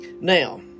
Now